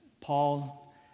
Paul